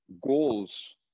goals